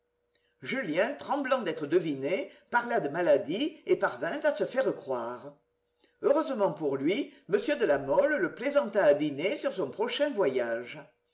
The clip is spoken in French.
julien tremblant d'être deviné parla de maladie et parvint à se faire croire heureusement pour lui m de la mole le plaisanta à dîner sur son prochain voyage